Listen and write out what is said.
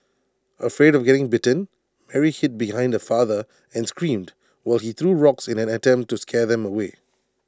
afraid of getting bitten Mary hid behind her father and screamed while he threw rocks in an attempt to scare them away